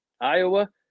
Iowa